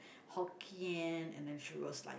Hokkien and then she was like